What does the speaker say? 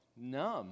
numb